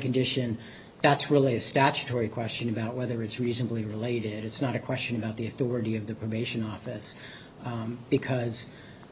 condition that's really a statutory question about whether it's reasonably related it's not a question about the authority of the probation office because